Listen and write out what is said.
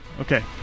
Okay